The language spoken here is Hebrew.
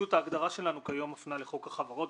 ההגדרה שלנו כיום מפנה לחוק החברות,